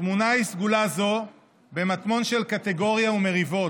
טמונה היא סגולה זו במטמון של קטגוריא ומריבות,